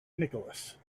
nicholas